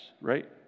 right